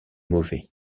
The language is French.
mauvais